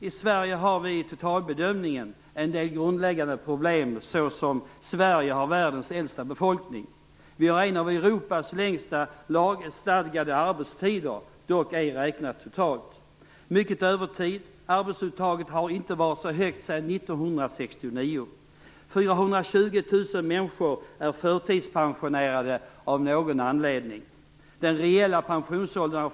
I Sverige har vi i totalbedömningen en del grundläggande problem såsom: Sverige har världens äldsta befolkning. Vi har en av Europas längsta lagstadgade arbetstider, dock ej räknat totalt. Mycket övertid, arbetstidsuttaget har inte varit så högt sedan 1969. 420 000 människor är förtidspensionerade av någon anledning.